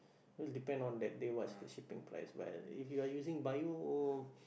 cause depend on that day what's the shipping price but if you are using bio